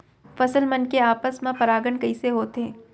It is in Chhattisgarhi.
फसल मन के आपस मा परागण कइसे होथे?